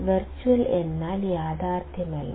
virtual എന്നാൽ യഥാർത്ഥമല്ല